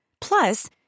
Plus